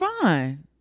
fine